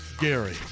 Gary